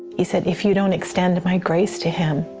he said if you don't extend my grace to him,